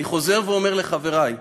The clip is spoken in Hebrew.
אני חוזר ואומר לחברי: